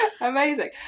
Amazing